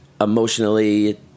emotionally